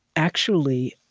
actually,